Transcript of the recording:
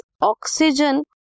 oxygen